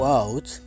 out